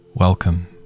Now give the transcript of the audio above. Welcome